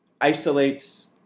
isolates